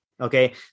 okay